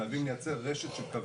חייבים לייצר רשת של קווים.